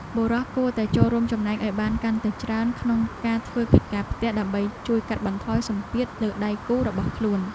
បុរសគួរតែចូលរួមចំណែកឱ្យបានកាន់តែច្រើនក្នុងការធ្វើកិច្ចការផ្ទះ ដើម្បីជួយកាត់បន្ថយសម្ពាធលើដៃគូរបស់ខ្លួន។